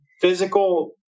physical